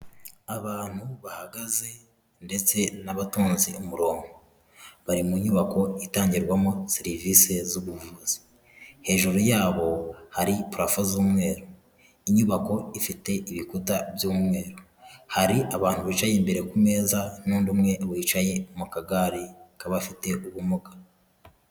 Abantu bahagaze ndetse n'abatonze umurongo, bari mu nyubako itangirwamo serivisi z'ubuvuzi, hejuru yabo hari parafo z'umweru, inyubako ifite ibikuta by'umweru, hari abantu bicaye imbere ku meza n'undi umwe wicaye mu kagare k'abafite ubumuga.